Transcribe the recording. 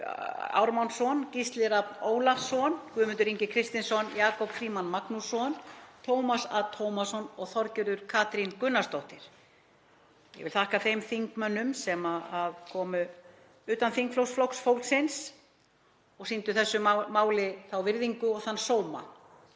Ármannsson, Gísli Rafn Ólafsson, Guðmundur Ingi Kristinsson, Jakob Frímann Magnússon, Tómas A. Tómasson og Þorgerður Katrín Gunnarsdóttir. Ég vil þakka þeim þingmönnum utan þingflokks Flokks fólksins sem komu og sýndu þessu máli þá virðingu og þann sóma